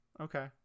Okay